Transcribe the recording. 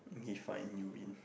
define you in